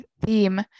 theme